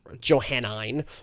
Johannine